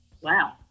wow